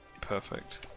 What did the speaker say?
Perfect